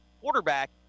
quarterback